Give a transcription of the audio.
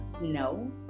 No